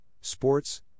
sports